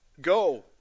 Go